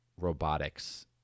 robotics